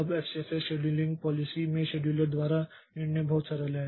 अब FCFS scheduling policy में scheduler द्वारा निर्णय बहुत सरल है